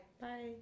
Bye